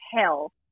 hell